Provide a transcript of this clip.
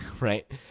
Right